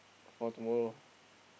for tomorrow